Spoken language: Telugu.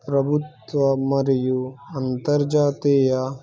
ప్రభుత్వ మరియు అంతర్జాతీయ